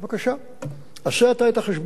עשה אתה את החשבון אם לאורך כל השנה,